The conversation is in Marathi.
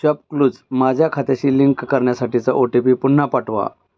शॉपक्लूज माझ्या खात्याशी लिंक करण्यासाठीचा ओ टी पी पुन्हा पाठवा